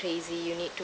crazy you need to